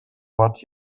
what